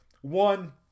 One